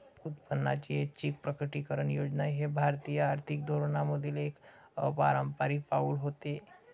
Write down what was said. उत्पन्नाची ऐच्छिक प्रकटीकरण योजना हे भारतीय आर्थिक धोरणांमधील एक अपारंपारिक पाऊल होते